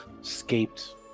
escaped